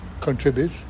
contribute